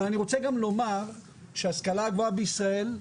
אני רוצה גם לומר שההשכלה הגבוהה בישראל,